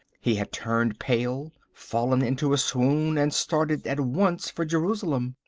he had turned pale, fallen into a swoon and started at once for jerusalem.